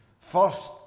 First